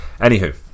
anywho